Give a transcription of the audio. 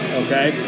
okay